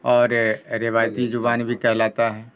اور روایتی زبان بھی کہلاتا ہے